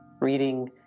reading